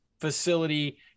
facility